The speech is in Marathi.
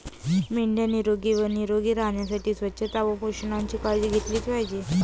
मेंढ्या निरोगी व निरोगी राहण्यासाठी स्वच्छता व पोषणाची काळजी घेतली पाहिजे